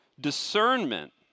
Discernment